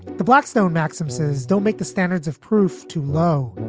the blackstone maxim says, don't make the standards of proof too low.